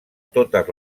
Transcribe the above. totes